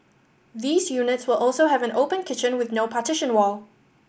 these units will also have an open kitchen with no partition wall